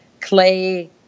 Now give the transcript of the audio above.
clay